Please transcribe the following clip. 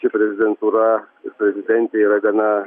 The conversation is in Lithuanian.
čia prezidentūra ir prezidentė yra gana